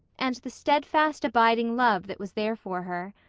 and the steadfast abiding love that was there for her.